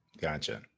Gotcha